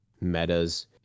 metas